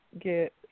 get –